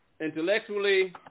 intellectually